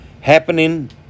happening